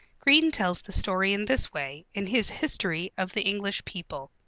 green tells the story in this way, in his history of the english people